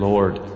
Lord